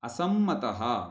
असम्मतः